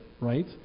right